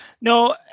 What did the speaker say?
No